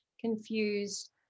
confused